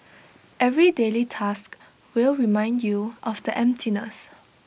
every daily task will remind you of the emptiness